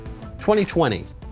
2020